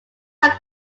are